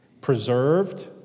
preserved